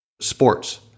sports